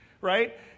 right